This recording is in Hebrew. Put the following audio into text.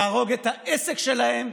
להרוג את העסק שלהם,